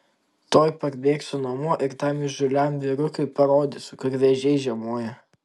tuoj parbėgsiu namo ir tam įžūliam vyrukui parodysiu kur vėžiai žiemoja